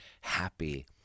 happy